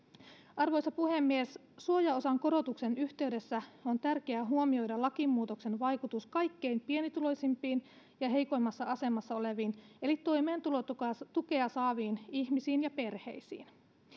arvoisa puhemies suojaosan korotuksen yhteydessä on tärkeä huomioida lakimuutoksen vaikutus kaikkein pienituloisimpiin ja heikoimmassa asemassa oleviin eli toimeentulotukea saaviin ihmisiin ja perheisiin